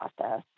process